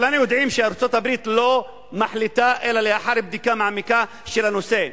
כולנו יודעים שארצות-הברית לא מחליטה אלא לאחר בדיקה מעמיקה של הנושא.